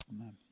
Amen